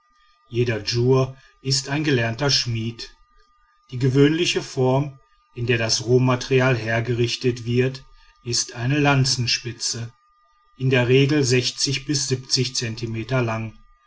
jeder djur ist ein gelernter schmied die gewöhnliche form in der das rohmaterial hergerichtet wird ist eine lanzenspitze in der regel bis zentimeter lang